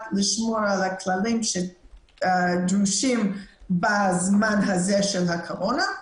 לשמור על הכללים שדרושים בזמן הזה של הקורונה.